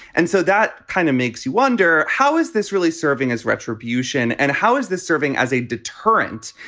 and so that kind of makes you wonder how is this really serving as retribution and how is this serving as a deterrent?